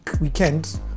weekend